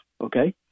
Okay